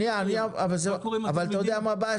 אבל אתה יודע מה הבעיה?